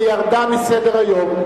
וירדה מסדר-היום.